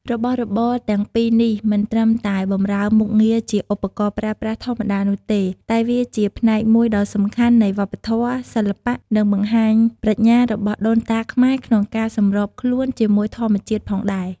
របស់របរទាំងពីរនេះមិនត្រឹមតែបម្រើមុខងារជាឧបករណ៍ប្រើប្រាស់ធម្មតានោះទេ តែវាជាផ្នែកមួយដ៏សំខាន់នៃវប្បធម៌ សិល្បៈ និងបង្ហាញប្រាជ្ញារបស់ដូនតាខ្មែរក្នុងការសម្របខ្លួនជាមួយធម្មជាតិផងដែរ។